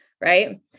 right